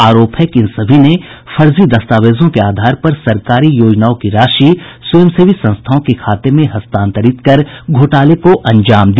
आरोप है कि इन सभी ने फर्जी दस्तावेजों के आधार पर सरकारी योजनाओं की राशि स्वयंसेवी संस्थाओं के खाते में हस्तांतरन कर घोटाले को अंजाम दिया